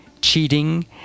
cheating